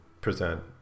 present